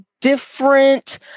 different